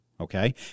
okay